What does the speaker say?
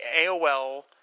AOL